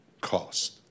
cost